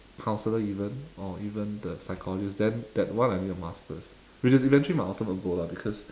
counsellor even or even the psychologist then that one I need a masters which is eventually my ultimate goal lah because